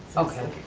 okay.